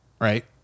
right